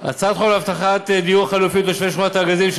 הצעת חוק להבטחת דיור חלופי לתושבי שכונת הארגזים,